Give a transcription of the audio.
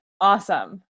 Awesome